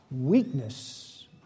weakness